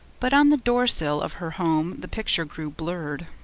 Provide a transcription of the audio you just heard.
but on the door-sill of her home the picture grew blurred.